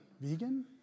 Vegan